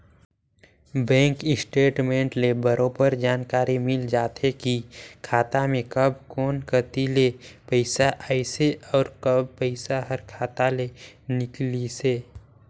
bank statement ले बरोबर जानकारी मिल जाथे की खाता मे कब कोन कति ले पइसा आइसे अउ कब पइसा हर खाता ले निकलिसे